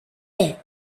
death